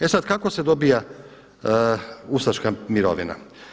E sada kako se dobiva ustaška mirovina.